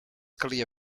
calia